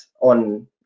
on